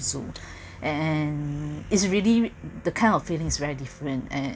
zoo and is really that kind of feeling is very different and